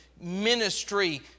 ministry